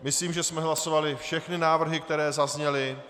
Myslím, že jsme hlasovali všechny návrhy, které zazněly.